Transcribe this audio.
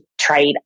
trade